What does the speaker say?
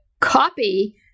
copy